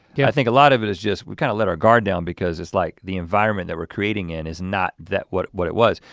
yeah. i think a lot of it is just we kind of let our guard down because it's like the environment that we're creating in is not that what what it was,